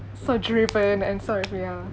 so driven and sort of ya